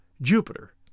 Jupiter